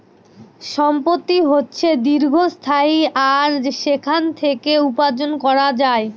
সম্পত্তি হচ্ছে দীর্ঘস্থায়ী আর সেখান থেকে উপার্জন করা যায়